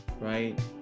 right